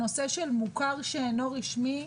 הנושא של חינוך מוכר שאינו רשמי,